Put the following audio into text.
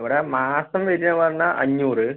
ഇവിടെ മാസം വരിക പറഞ്ഞാൽ അഞ്ഞൂറ്